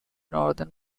northern